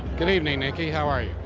good evening, nikki. how are you?